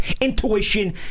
intuition